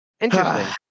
Interesting